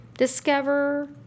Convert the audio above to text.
Discover